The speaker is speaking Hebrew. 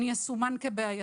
אני אסומן כבעייתי.